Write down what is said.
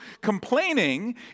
complaining